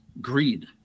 greed